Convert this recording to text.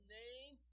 name